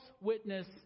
witness